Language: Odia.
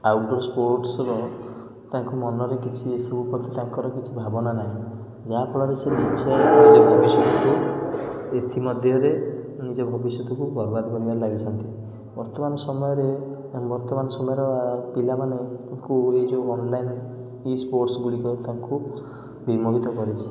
ଆଉଟଡ଼ୋର ସ୍ପୋର୍ଟସର ତାଙ୍କ ମନରେ କିଛି ଏସବୁ ପ୍ରତି ତାଙ୍କର କିଛି ଭାବନା ନାହିଁ ଯାହାଫଳରେ ଏଥିମଧ୍ୟରେ ନିଜ ଭବିଷ୍ୟତକୁ ବରବାଦ୍ କରିବାରେ ଲାଗିଛନ୍ତି ବର୍ତ୍ତମାନ ସମୟରେ ବର୍ତ୍ତମାନ ସମୟର ପିଲାମାନଙ୍କୁ ଏଯେଉଁ ଅନଲାଇନ ସ୍ପୋର୍ଟସ ଗୁଡ଼ିକ ତାଙ୍କୁ ବିମୋହିତ କରିଛି